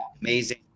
amazing